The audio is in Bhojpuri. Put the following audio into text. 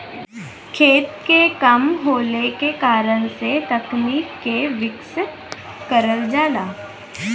खेत के कम होले के कारण से तकनीक के विकसित करल जाला